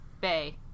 bay